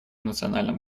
национальном